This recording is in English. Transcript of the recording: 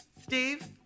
Steve